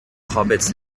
hobbits